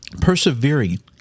persevering